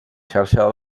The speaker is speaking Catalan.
xarxa